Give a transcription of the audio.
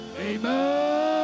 Amen